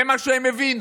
זה מה שהם הבינו,